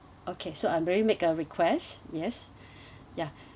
okay so I already make a request yes ya